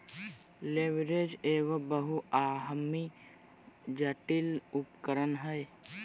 leverage एगो बहुआयामी, जटिल उपकरण हय